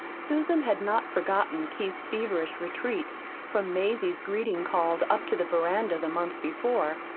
susan had not forgotten keith's feverish retreat from mazie's greeting called up to the veranda the month before.